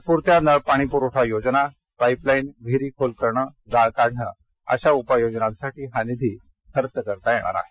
तात्पुरत्या नळ पाणीपुरवठा योजना पाईपलाईन विहिरी खोल करणं गाळ काढणं अशा उपाय योजनांसाठी निधी खर्च करता येणार आहे